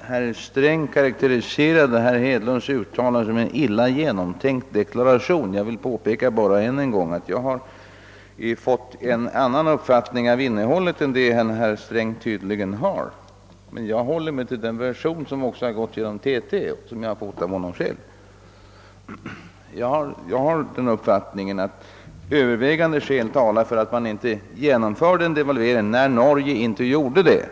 Herr Sträng kritiserade herr Hedlunds uttalande som en illa genomtänkt deklaration. Jag vill än en gång påpeka att jag fått en annan uppfattning av innehållet än vad herr Sträng tydligen har, och jag håller mig till den version som gått genom TT och som jag också fått av herr Hedlund själv. Jag har den uppfattningen att övervägande skäl talade för att vi inte skulle genomföra en devalvering om inte Norge gjorde det.